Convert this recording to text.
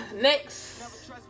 next